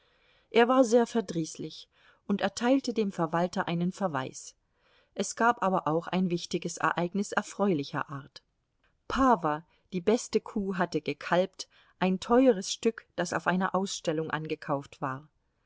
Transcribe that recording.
er war sehr verdrießlich und erteilte dem verwalter einen verweis es gab aber auch ein wichtiges ereignis erfreulicher art pawa die beste kuh hatte gekalbt ein teueres stück das auf einer ausstellung angekauft war